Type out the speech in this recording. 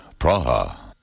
Praha